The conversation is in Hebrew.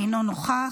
אינו נוכח.